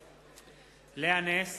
בעד לאה נס,